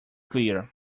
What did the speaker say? clear